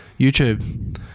YouTube